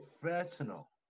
professional